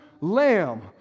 lamb